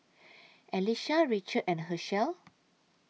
Alisha Richard and Hershell